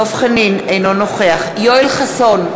אינו נוכח יואל חסון,